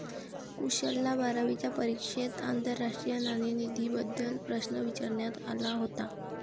कुशलला बारावीच्या परीक्षेत आंतरराष्ट्रीय नाणेनिधीबद्दल प्रश्न विचारण्यात आला होता